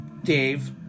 Dave